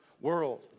world